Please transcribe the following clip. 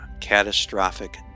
catastrophic